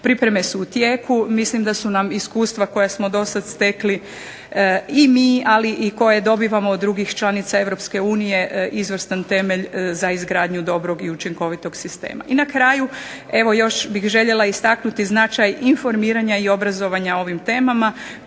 pripreme su u tijeku. Mislim da su nam iskustva koja smo do sada stekli i mi ali i koje dobivamo od drugih članica EU izvrstan temelj za izgradnju dobrog i učinkovitog sistema. I na kraju evo još bih željela istaknuti značaj informiranja i obrazovanja o ovim temama